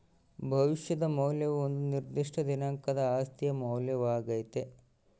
ಭವಿಷ್ಯದ ಮೌಲ್ಯವು ಒಂದು ನಿರ್ದಿಷ್ಟ ದಿನಾಂಕದ ಆಸ್ತಿಯ ಮೌಲ್ಯವಾಗ್ಯತೆ